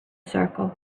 circle